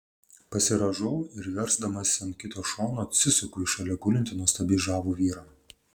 pasirąžau ir versdamasi ant kito šono atsisuku į šalia gulintį nuostabiai žavų vyrą